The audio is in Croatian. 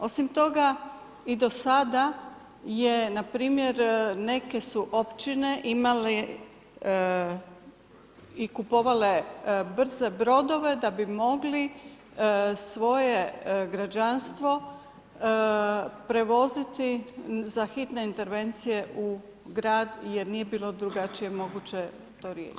Osim toga i do sada je, npr. neke su općine imale i kupovale brze brodove da bi mogli svoje građanstvo prevoziti za hitne intervencije u grad jer nije bilo drugačije moguće to riješiti.